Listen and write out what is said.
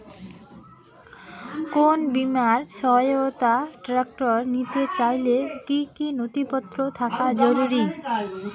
কোন বিমার সহায়তায় ট্রাক্টর নিতে চাইলে কী কী নথিপত্র থাকা জরুরি?